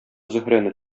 зөһрәне